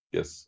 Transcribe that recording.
Yes